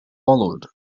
followed